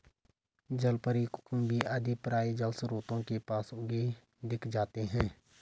जलपरी, कुकुम्भी आदि प्रायः जलस्रोतों के पास उगे दिख जाते हैं